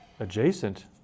adjacent